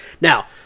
Now